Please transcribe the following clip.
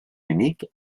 unique